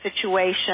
situation